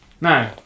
No